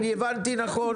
הבנתי נכון.